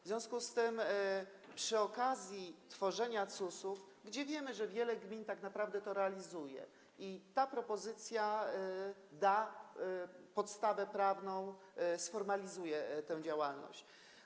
W związku z tym, przy okazji tworzenia CUS-ów, gdzie wiemy, że wiele gmin tak naprawdę to realizuje i ta propozycja da podstawę prawną, sformalizuje tę działalność.